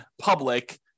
public